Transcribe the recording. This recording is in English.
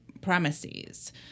premises